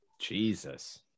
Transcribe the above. jesus